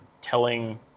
telling